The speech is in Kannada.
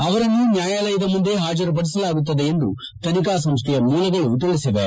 ಅವರನ್ನು ನ್ವಾಯಾಲಯದ ಮುಂದೆ ಪಾಜರುಪಡಿಸಲಾಗುತ್ತದೆ ಎಂದು ತನಿಖಾ ಸಂಸ್ಥೆಯ ಮೂಲಗಳು ತಿಳಿಸಿವೆ